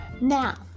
Now